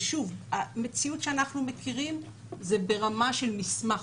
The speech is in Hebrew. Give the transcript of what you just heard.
המציאות שאנחנו מכירים זה ברמה של מסמך,